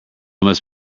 must